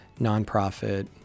nonprofit